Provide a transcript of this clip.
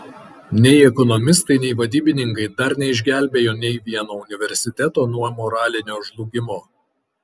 nei ekonomistai nei vadybininkai dar neišgelbėjo nei vieno universiteto nuo moralinio žlugimo